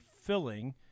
filling